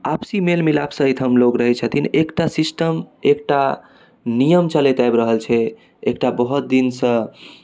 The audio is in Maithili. आपसी मेल मिलाप सहित लोग रहै छथिन एकटा सिस्टम एकटा नियम चलैत आइब रहल छै एकटा बहुत दिनसँ